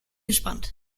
gespannt